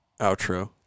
outro